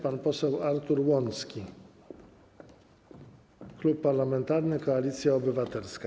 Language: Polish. Pan poseł Artur Łącki, Klub Parlamentarny Koalicja Obywatelska.